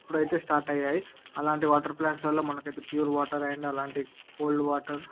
ఇప్పుడైతే స్టార్ట్ అయ్యాయి అలాంటి వాటర్ ప్లాంట్స్ లో మనకయితే pure water and cold water